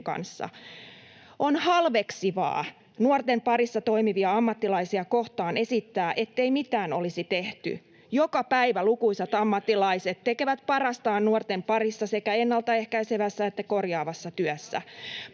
On halveksivaa nuorten parissa toimivia ammattilaisia kohtaan esittää, ettei mitään olisi tehty. Joka päivä lukuisat ammattilaiset tekevät parastaan nuorten parissa sekä ennaltaehkäisevässä että korjaavassa työssä: